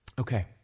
Okay